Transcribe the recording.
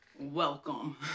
Welcome